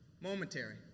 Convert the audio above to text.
Momentary